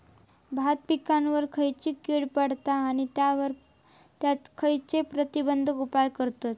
भात पिकांवर खैयची कीड पडता आणि त्यावर खैयचे प्रतिबंधक उपाय करतत?